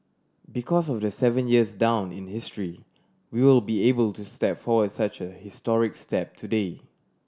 because of the seven years down in history we will be able to step forward such a historic step today